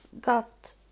got